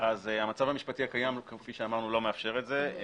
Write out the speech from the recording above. המצב המשפטי הקיים, כפי שאמרנו, לא מאפשר את זה.